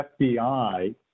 FBI